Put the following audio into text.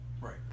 Right